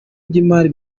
by’imari